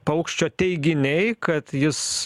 paukščio teiginiai kad jis